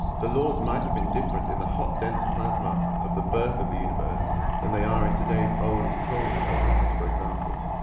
the laws might have been different in the hot, dense plasma of the birth of the universe than they are in today's old, cold cosmos, for example.